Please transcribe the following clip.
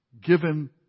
given